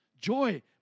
Joy